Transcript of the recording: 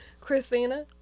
Christina